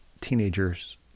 teenagers